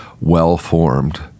well-formed